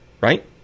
right